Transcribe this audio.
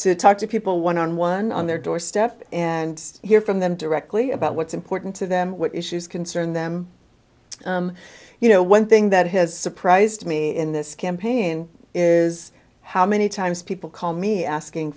talk to people one on one on their doorstep and hear from them directly about what's important to them what issues concern them you know one thing that has surprised me in this campaign is how many times people call me asking